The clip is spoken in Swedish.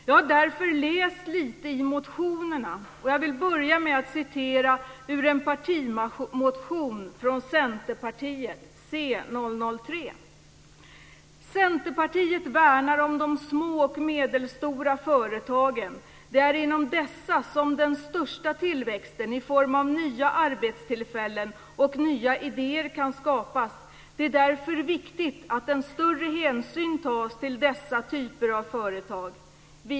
Jag har därför läst lite i motionerna, och jag vill börja med att citera ur en partimotion från Centerpartiet, c003: "Centerpartiet värnar om de små och medelstora företagen. Det är inom dessa som den största tillväxten i form av nya arbetstillfällen och nya idéer kan skapas. Det är därför viktigt att en större hänsyn tas till dessa typer av företag."